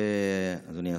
אדוני השר,